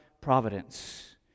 providence